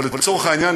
אבל לצורך העניין,